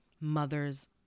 mothers